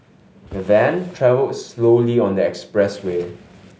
the van travelled slowly on the expressway